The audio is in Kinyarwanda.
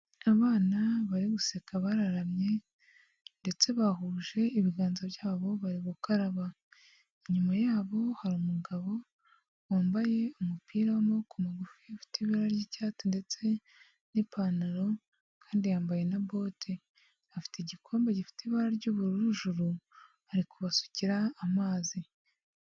Abana bari guseka bararamye ndetse bahuje ibiganza byabo bari gukaraba, inyuma yabo hari umugabo wambaye umupira w'amaboko magufi ufite ibara ry'icyatsi ndetse n'ipantaro kandi yambaye na bote, afite igikombe gifite ibara ry'ubururujuru, ari kubasukira amazi.